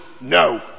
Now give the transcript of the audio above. no